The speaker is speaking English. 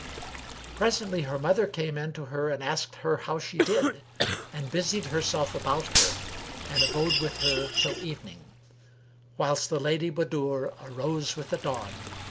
presently her mother came in to her and asked her how she did and busied herself about her and abode with her till evening whilst the lady budur arose with the dawn,